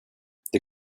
det